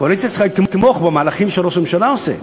קואליציה צריכה לתמוך במהלכים שראש הממשלה עושה.